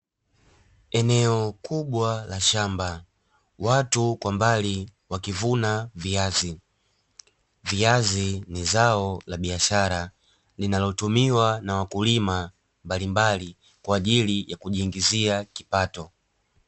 Eneo kubwa la shamba, watu kwa mbali wakivuna viazi, viazi ni zao la biashara linalotumiwa na wakulima mbalimbali, kwa ajili ya kujiingizia kipato.